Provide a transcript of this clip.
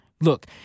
Look